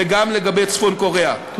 וגם לגבי צפון-קוריאה.